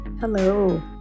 Hello